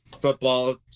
football